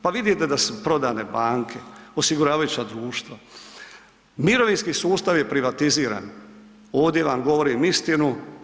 Pa vidite da su prodane banke, osiguravajuća društva, mirovinski sustav je privatiziran, ovdje vam govorim istinu.